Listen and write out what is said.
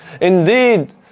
Indeed